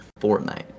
Fortnite